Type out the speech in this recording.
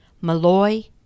Malloy